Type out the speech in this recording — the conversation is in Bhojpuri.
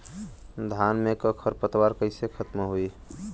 धान में क खर पतवार कईसे खत्म होई?